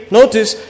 notice